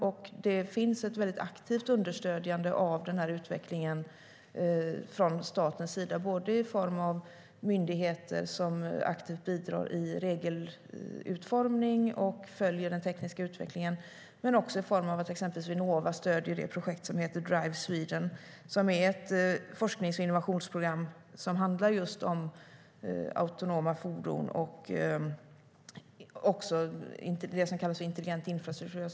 Det finns från statens sida ett mycket aktivt understödjande av utvecklingen både i form av myndigheter som aktivt bidrar i regelutformningen och följer den tekniska utvecklingen och i form av att exempelvis Vinnova stöder projektet Drive Sweden, som är ett forsknings och innovationsprogram och handlar om just autonoma fordon och det som kallas intelligent infrastruktur.